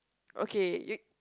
okay y~